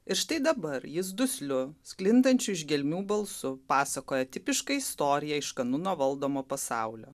ir štai dabar jis dusliu sklindančiu iš gelmių balsu pasakoja tipiškai istoriją iš kanuno valdomo pasaulio